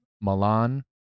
Milan